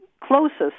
closest